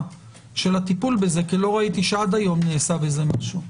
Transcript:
של הטיפול בזה כי לא ראיתי שעד היום נעשה בזה משהו.